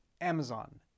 Amazon